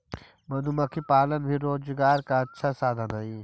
मधुमक्खी पालन भी रोजगार का अच्छा साधन हई